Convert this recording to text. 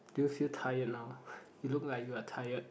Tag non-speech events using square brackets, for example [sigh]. do you feel tired now [laughs] you look like you are tired